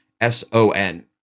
S-O-N